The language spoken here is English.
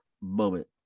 moment